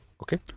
Okay